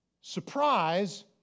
Surprise